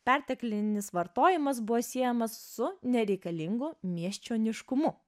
perteklinis vartojimas buvo siejamas su nereikalingu miesčioniškumu